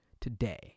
today